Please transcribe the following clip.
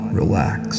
relax